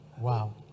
Wow